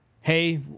Hey